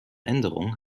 änderung